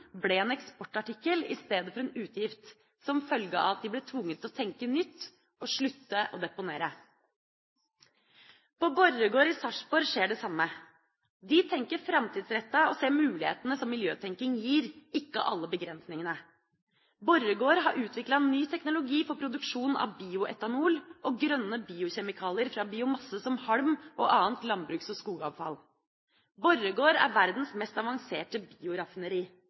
ble en eksportartikkel i stedet for en utgift, som følge av at de ble tvunget til å tenke nytt og slutte å deponere. På Borregaard i Sarpsborg skjer det samme. De tenker framtidsrettet og ser mulighetene som miljøtenking gir, ikke alle begrensningene. Borregaard har utviklet ny teknologi for produksjon av bioetanol og grønne biokjemikalier fra biomasse som halm og annet landbruks- og skogsavfall. Borregaard er verdens mest avanserte